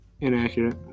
Inaccurate